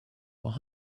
were